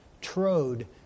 trode